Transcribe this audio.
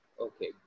okay